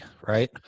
right